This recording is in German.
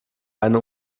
eine